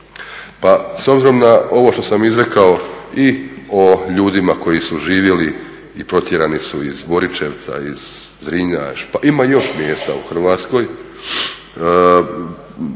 Pa s obzirom na ovo što sam izrekao i o ljudima koji su živjeli i protjerani su iz Borićevca, iz Zrinja, ima još mjesta u Hrvatskoj,